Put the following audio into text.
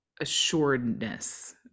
assuredness